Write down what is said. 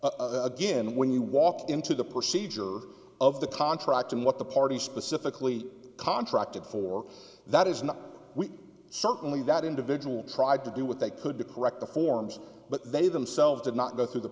again when you walk into the perceived of the contract and what the party specifically contracted for that is not we certainly that individual tried to do what they could be correct the forms but they themselves did not go through the